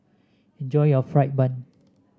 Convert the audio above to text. enjoy your fried bun